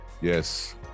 Yes